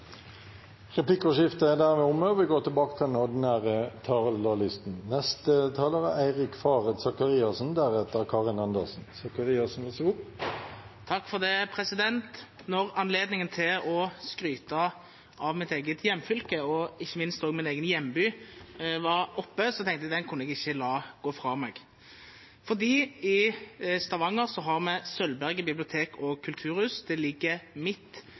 vi faktisk har gjort. Replikkordskiftet er omme. Når anledningen til å skryte av mitt eget hjemfylke og ikke minst også min egen hjemby var her, tenkte jeg at den kunne jeg ikke la gå fra meg. For i Stavanger har vi Sølvberget bibliotek og kulturhus. Det ligger midt